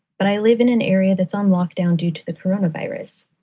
but i live in an area that's on lockdown due to the corona virus.